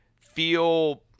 feel